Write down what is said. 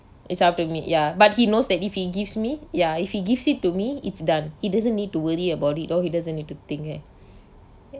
it's up to me ya but he knows that if he gives me ya if he gives it to me it's done he doesn't need to worry about it or he doesn't need to think eh